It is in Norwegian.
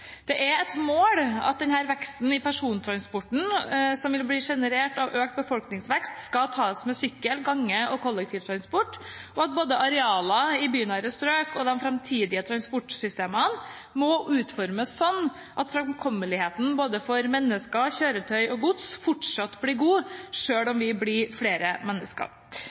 Det er et mål at denne veksten i persontransporten, som vil bli generert av økt befolkningsvekst, skal tas med sykkel, gange og kollektivtransport, og at både arealer i bynære strøk og de framtidige transportsystemene må utformes slik at framkommeligheten for både mennesker, kjøretøy og gods fortsatt blir god, selv om vi blir flere mennesker.